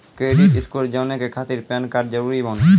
Credit score जाने के खातिर पैन कार्ड जरूरी बानी?